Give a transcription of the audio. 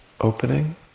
opening